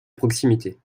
proximité